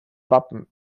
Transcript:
wappen